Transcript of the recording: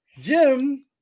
Jim